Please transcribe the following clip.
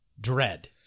dread